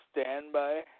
standby